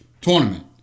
tournament